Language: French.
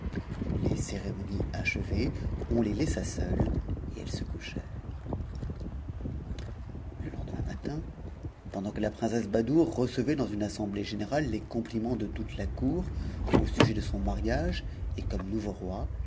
les cérémonies achevées on les laissa seules m elles se couchèrent le lendemain matin pendant que la princesse badoure recevait d u s une assemblée générale les compliments de toute la cour au sujet de son mariage et comme nouveau roi